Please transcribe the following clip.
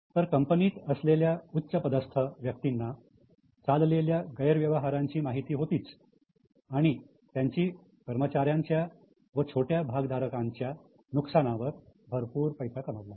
तर कंपनीत असलेल्या उच्चपदस्थ व्यक्तींना चाललेल्या गैरव्यवहारांची माहिती होतीच आणि त्यांनी कर्मचाऱ्यांच्या व छोट्या भागधारकांच्या नुकसानावर भरपूर पैसा कमवला